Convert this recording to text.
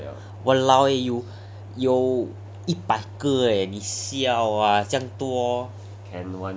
!walao! eh you 有一百个 ah 你 siao ah 这样多